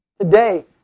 Today